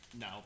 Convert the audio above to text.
No